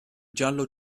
giallo